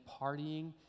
partying